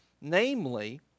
Namely